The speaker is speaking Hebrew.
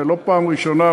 ולא בפעם הראשונה,